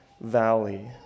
valley